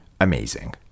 amazing